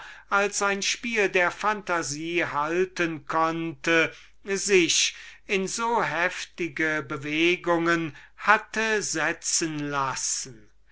als ein spiel der phantasie halten konnte in so heftige bewegungen hätte setzen lassen